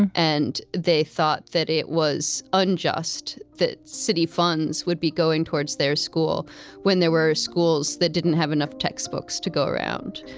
and they thought that it was unjust that city funds would be going towards their school when there were schools that didn't have enough textbooks to go around.